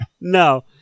No